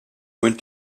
went